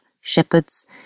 shepherds